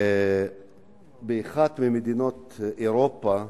באחת ממדינות אירופה